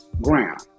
Ground